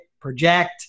project